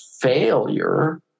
failure